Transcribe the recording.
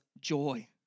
joy